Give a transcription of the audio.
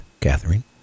Catherine